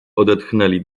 odetchnęli